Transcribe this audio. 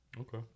Okay